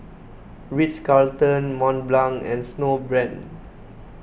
Ritz Carlton Mont Blanc and Snowbrand